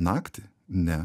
naktį ne